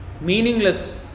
meaningless